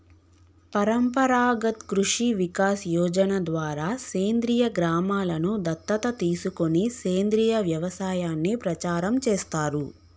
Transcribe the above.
పరంపరాగత్ కృషి వికాస్ యోజన ద్వారా సేంద్రీయ గ్రామలను దత్తత తీసుకొని సేంద్రీయ వ్యవసాయాన్ని ప్రచారం చేస్తారు